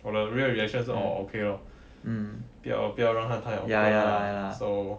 我的 real reaction 是 orh okay lor 不要不要让他太 awkward lah so